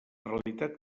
realitat